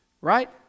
right